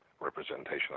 representation